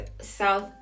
South